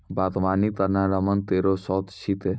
बागबानी करना रमन केरो शौक छिकै